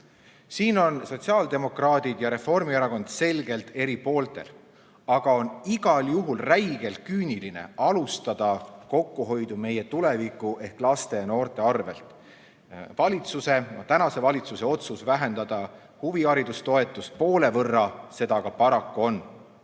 Siin on sotsiaaldemokraadid ja Reformierakond selgelt eri seisukohtadel. Aga on igal juhul räigelt küüniline alustada kokkuhoidu meie tuleviku, laste ja noorte arvel. Valitsuse otsus vähendada huviharidustoetust poole võrra seda aga paraku